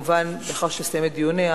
וכמובן, לאחר שתסיים את דיוניה,